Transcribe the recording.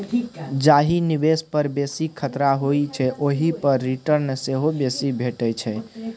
जाहि निबेश पर बेसी खतरा होइ छै ओहि पर रिटर्न सेहो बेसी भेटै छै